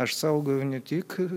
aš saugojau ne tik